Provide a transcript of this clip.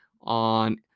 on